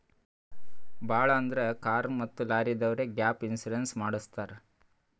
ಭಾಳ್ ಅಂದುರ್ ಕಾರ್ ಮತ್ತ ಲಾರಿದವ್ರೆ ಗ್ಯಾಪ್ ಇನ್ಸೂರೆನ್ಸ್ ಮಾಡುಸತ್ತಾರ್